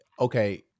okay